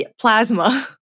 Plasma